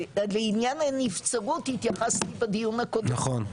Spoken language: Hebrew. לעניין הנבצרות התייחסתי בדיון הקודם,